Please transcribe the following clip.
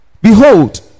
Behold